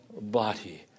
body